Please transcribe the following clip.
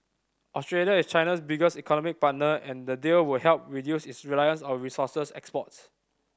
Australia is China's biggest economic partner and the deal would help reduce its reliance on resource exports